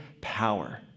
power